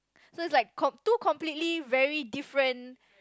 so it's like com~ two completely very different